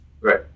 Right